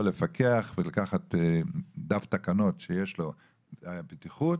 לפקח ולקחת דף תקנות שיש לו על בטיחות,